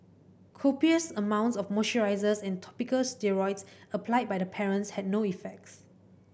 copious amounts of moisturisers and topical steroids applied by the parents had no effects